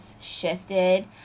shifted